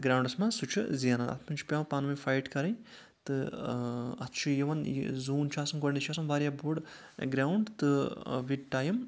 grounds منٛز سُہ چھُ زِیَنَان اَتھ منٛز چھُ پیٚوان پَنوٕے فایِٹ کَرٕنۍ تہٕ اَتھ چھُ یِوان یہِ زوٗن چھُ آسان گۄڈٕنی چھِ آسان واریاہ بوٚڑ گرٛاوُنٛڈ تہٕ وِد ٹایم